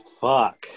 fuck